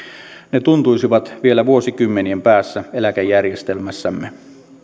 ne tuntuisivat vielä vuosikymmenien päästä eläkejärjestelmässämme